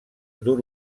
dur